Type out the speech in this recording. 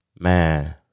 Man